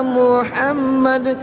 muhammad